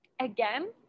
again